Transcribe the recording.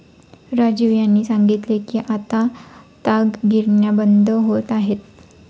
राजीव यांनी सांगितले की आता ताग गिरण्या बंद होत आहेत